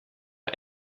boa